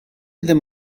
ddim